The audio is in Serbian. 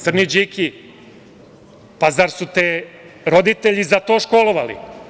Crni Điki, pa zar su te roditelji za to školovali?